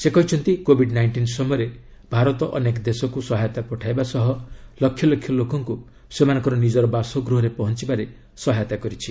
ସେ କହିଛନ୍ତି covid nineteen ସମୟରେ ଭାରତ ଅନେକ ଦେଶକୁ ସହାୟତା ପଠାଇବା ସହ ଲକ୍ଷ ଲକ୍ଷ ଲୋକଙ୍କୁ ସେମାନଙ୍କର ନିଜର ବାସଗୃହରେ ପହଞ୍ଚିବାରେ ସହାୟତା କରିଛି